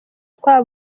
twa